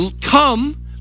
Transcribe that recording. come